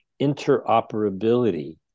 interoperability